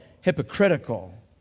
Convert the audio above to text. hypocritical